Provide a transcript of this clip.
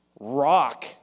rock